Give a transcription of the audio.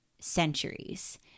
centuries